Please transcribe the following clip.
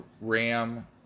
RAM